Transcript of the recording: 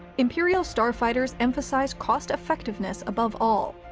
imperial starfighters emphasized cost-effectiveness above all.